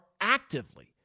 actively